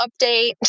update